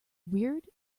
weird